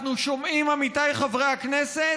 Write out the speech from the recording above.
אנחנו שומעים, עמיתיי חברי הכנסת,